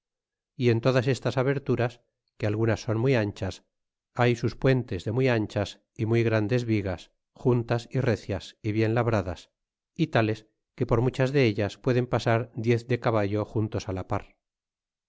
é en todas estas aberturas que algunas son muy anchas hay sus puentes e de muy anchas y muy grandes bigas juntas y recias y bien e labradas y tales que por muchas de ellas pueden pasar diez de e caballo juntos la par